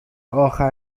آخر